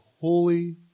holy